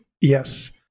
Yes